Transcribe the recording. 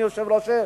אדוני היושב-ראש,